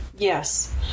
Yes